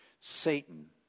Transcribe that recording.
Satan